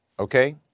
Okay